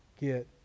get